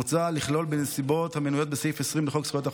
מוצע לכלול בנסיבות המנויות בסעיף 20 לחוק זכויות החולה,